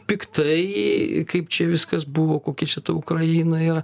piktai kaip čia viskas buvo kokia čia ta ukraina yra